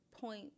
point